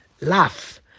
laugh